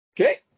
Okay